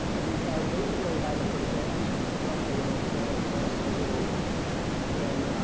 we have basically had a percent, roughly a percent plus a little and